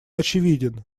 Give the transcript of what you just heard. очевиден